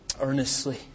earnestly